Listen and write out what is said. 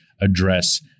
address